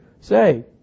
say